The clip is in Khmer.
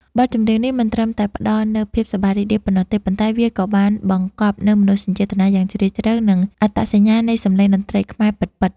បទចម្រៀងនេះមិនត្រឹមតែផ្ដល់នូវភាពសប្បាយរីករាយប៉ុណ្ណោះទេ ប៉ុន្តែវាក៏បានបង្កប់នូវមនោសញ្ចេតនាយ៉ាងជ្រាលជ្រៅ និងអត្តសញ្ញាណនៃសម្លេងតន្ត្រីខ្មែរពិតៗ។